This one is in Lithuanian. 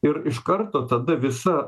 ir iš karto tada visa